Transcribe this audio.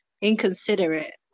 inconsiderate